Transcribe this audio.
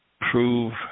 prove